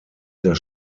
der